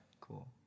cool